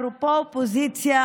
אפרופו אופוזיציה,